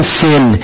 sin